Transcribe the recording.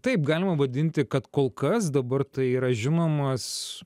taip galima vadinti kad kol kas dabar tai yra žinomas